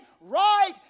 right